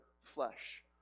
flesh